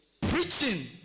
Preaching